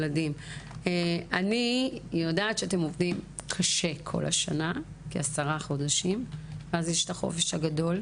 אני יודעת שאתם עובדים קשה כל השנה ואז יש את החופש הגדול,